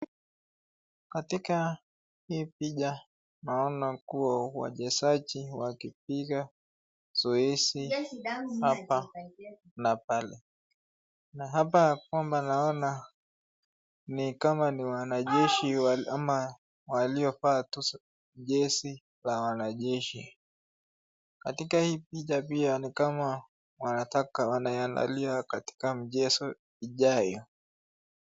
Katika hii picha naona kuwa wachezaji wakipiga zoezi hapa na pale. Naapa ya kwamba naona ni kama ni wanajeshi ama waliovaa tu jezi la wanajeshi. Katika hii picha pia ni kama wanaandalia katika michezo ijayo.